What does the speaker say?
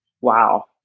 Wow